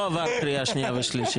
זה עוד לא עבר בקריאה שנייה ושלישית.